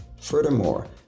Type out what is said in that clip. Furthermore